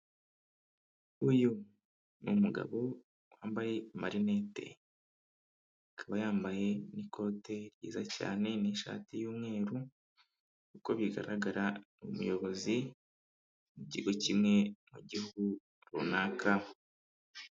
Uyu ni umugabo wambaye amarinette, akaba yambaye n'ikote riyiza cyane n'ishati y'umweru, uko bigaragara ni umuyobozi mu kigo kimwe mu gihugu runaka...